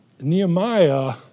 Nehemiah